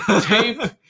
tape